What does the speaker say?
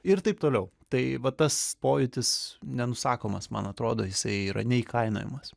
ir taip toliau tai va tas pojūtis nenusakomas man atrodo jisai yra neįkainojamas